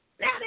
Now